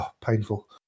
painful